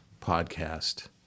podcast